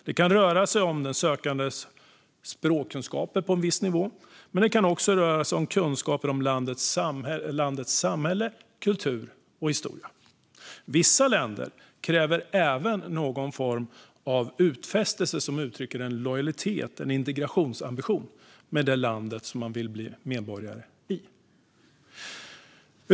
Det kan röra sig om att den sökande ska ha en viss nivå av språkkunskaper och kunskaper om landets samhälle, kultur och historia. Vissa länder kräver även någon form av utfästelse som uttrycker en lojalitet och en ambition att integrera sig i det land där man vill bli medborgare.